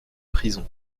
prison